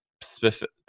specific